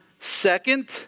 second